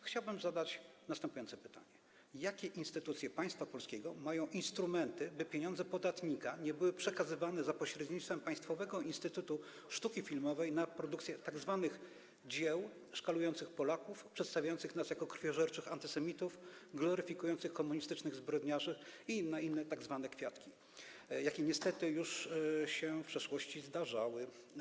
Chciałbym zadać następujące pytanie: Jakie instytucje państwa polskiego mają instrumenty, by pieniądze podatnika nie były przekazywane za pośrednictwem Polskiego Instytutu Sztuki Filmowej na produkcję tzw. dzieł szkalujących Polaków, przedstawiających nas jako krwiożerczych antysemitów, gloryfikujących komunistycznych zbrodniarzy, i na inne tzw. kwiatki, jakie niestety już się w przeszłości zdarzały?